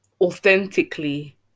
authentically